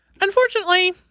Unfortunately